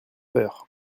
peur